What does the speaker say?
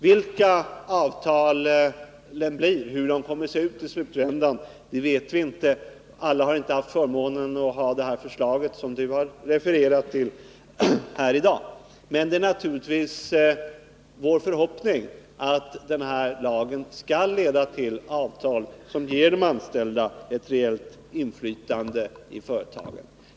Vilka avtal det blir och hur de slutligt kommer att se ut vet vi inte — alla har inte haft förmånen att se det förslag som Lars-Ove Hagberg har refererat till här — men det är naturligtvis vår förhoppning att lagen skall leda till avtal som ger de anställda ett rejält inflytande i företagen.